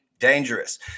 dangerous